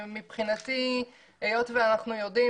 מבחינתי, היות ואנחנו יודעים